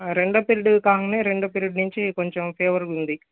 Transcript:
ఆ రెండో పీరియడ్ కాగానే రెండో పీరియడ్ నుంచి కొంచం ఫీవరుగా ఉంది